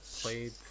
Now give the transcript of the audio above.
played